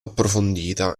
approfondita